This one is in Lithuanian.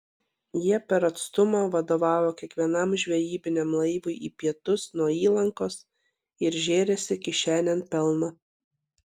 jie per atstumą vadovavo kiekvienam žvejybiniam laivui į pietus nuo įlankos ir žėrėsi kišenėn pelną